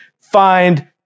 find